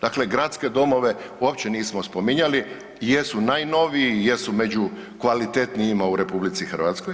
Dakle, gradske domove uopće nismo spominjali jer su najnoviji, jer su među kvalitetnijima u RH.